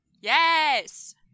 Yes